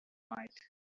night